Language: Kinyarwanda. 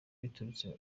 biturutse